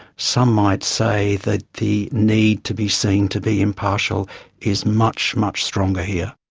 some might say that the need to be seen to be impartial is much, much stronger here.